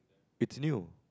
it's new